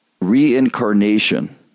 reincarnation